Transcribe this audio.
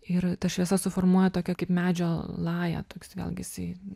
ir ta šviesa suformuoja tokią kaip medžio lają toks vėlgi jisai